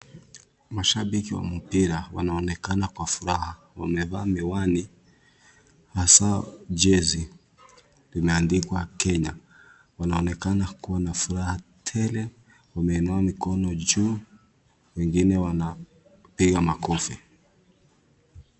Mashabiki wa mpira wanaonekana kwa furaha. Wamevaa miwani hasa jezi limeandikwa Kenya. Wanonekana kuwa na furaha tele. Wameinua mikono juu. Wengine wanapiga makofi.